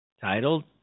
titled